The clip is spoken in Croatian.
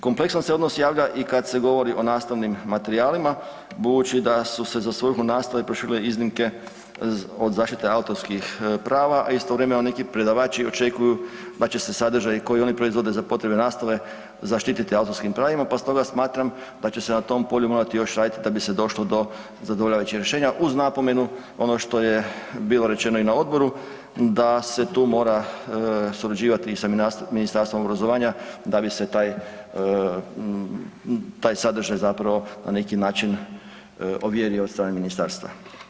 Kompleksan se odnos javlja i kad se govori o nastavnim materijalima budući da su se za svrhu nastave proširile iznimke od zaštite autorskih prava, a istovremeno neki predavači očekuju da će se sadržaji koje oni proizvode za potrebe nastave zaštiti autorskim pravima pa stoga smatram da će se na tom polju morati još raditi da bi se došlo do zadovoljavajućih rješenja uz napomenu ono što je bilo rečeno i na odboru, da se tu mora surađivati i sa Ministarstvom obrazovanja, da bi se taj sadržaj zapravo na neki način ovjerio od strane ministarstva.